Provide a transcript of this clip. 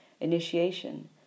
initiation